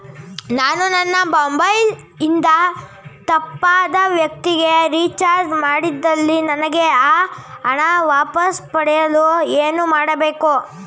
ನಾನು ನನ್ನ ಮೊಬೈಲ್ ಇಂದ ತಪ್ಪಾದ ವ್ಯಕ್ತಿಗೆ ರಿಚಾರ್ಜ್ ಮಾಡಿದಲ್ಲಿ ನನಗೆ ಆ ಹಣ ವಾಪಸ್ ಪಡೆಯಲು ಏನು ಮಾಡಬೇಕು?